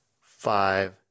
five